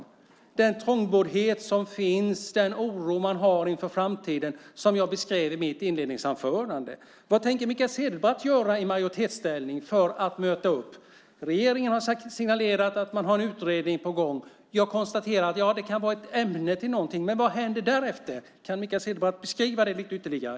Det handlar om den trångboddhet som finns och den oro man känner inför framtiden, som jag beskrev i mitt inledningsanförande. Vad tänker Mikael Cederbratt göra i majoritetsställning för att möta detta? Regeringen har signalerat att man har en utredning på gång. Jag konstaterar att det kan vara ett ämne till någonting. Men vad händer därefter? Kan Mikael Cederbratt beskriva det ytterligare?